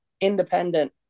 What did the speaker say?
independent